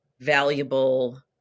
valuable